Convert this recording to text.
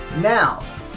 Now